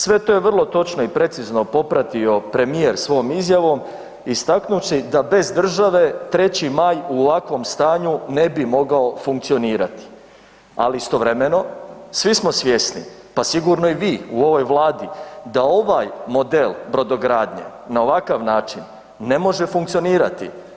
Sve to je vrlo točno i precizno popratio premijer svojom izjavom istaknuvši da bez države 3. Maj u ovakvom stanju ne bi mogao funkcionirati, ali istovremeno svi smo svjesni pa sigurno i vi ovoj Vladi da ovaj model brodogradnje na ovakav način ne može funkcionirati.